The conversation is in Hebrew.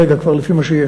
כרגע, כבר, לפי מה שיש.